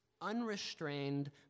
unrestrained